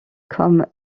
comme